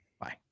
Bye